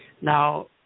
Now